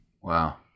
Wow